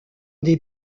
des